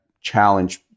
challenge